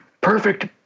perfect